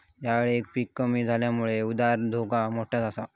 ह्या येळेक पीक कमी इल्यामुळे उधार धोका मोठो आसा